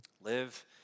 live